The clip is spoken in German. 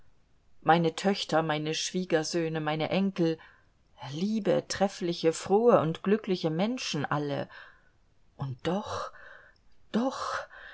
meine töchter meine schwiegersöhne meine enkel liebe treffliche frohe und glückliche menschen alle und doch doch